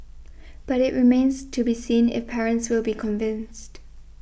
but it remains to be seen if parents will be convinced